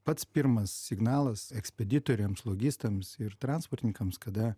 pats pirmas signalas ekspeditoriams logistams ir transportininkams kada